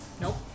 Nope